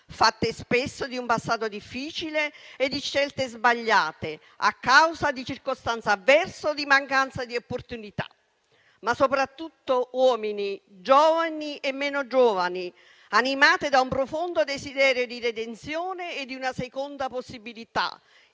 fatte spesso di un passato difficile e di scelte sbagliate, a causa di circostanze avverse o di mancanza di opportunità. Sono soprattutto uomini giovani e meno giovani animati da un profondo desiderio di redenzione e di una seconda possibilità,